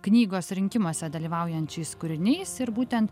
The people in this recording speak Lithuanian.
knygos rinkimuose dalyvaujančiais kūriniais ir būtent